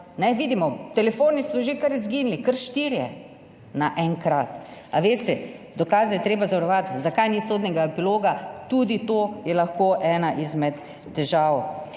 Vidimo, telefoni so že kar izginili, kar štirje naenkrat! A veste, dokaze je treba zavarovati. Zakaj ni sodnega epiloga? Tudi to je lahko ena izmed težav.